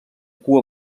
cua